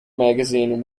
magazine